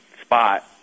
spot